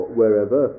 wherever